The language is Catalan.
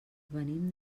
venim